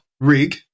rig